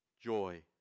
joy